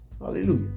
Hallelujah